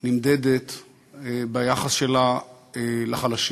נמדדת ביחס שלה לחלשים.